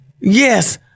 Yes